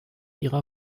ihrer